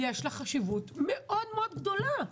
יש לה חשיבות מאוד מאוד גדולה.